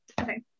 Okay